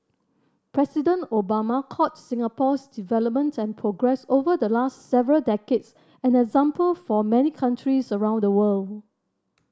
President Obama called Singapore's development and progress over the last several decades an example for many countries around the world